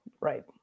right